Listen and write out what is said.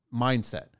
mindset